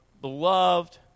beloved